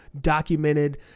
documented